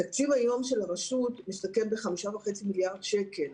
התקציב של הרשות מסתכם היום ב-5.5 מיליארד שקל.